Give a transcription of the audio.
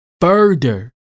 further